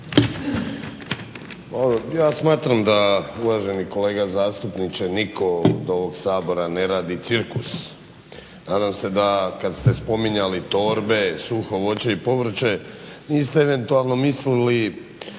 Ja smatram da uvaženi kolega zastupniče nitko od ovog Sabora ne radi cirkus, nadam se da kad ste spominjali torbe, suho voće i povrće niste eventualno mislili